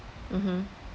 mmhmm